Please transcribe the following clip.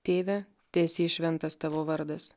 tėve teesie šventas tavo vardas